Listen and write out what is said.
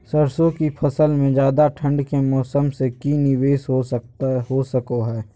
सरसों की फसल में ज्यादा ठंड के मौसम से की निवेस हो सको हय?